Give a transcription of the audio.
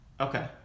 Okay